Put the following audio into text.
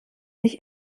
mich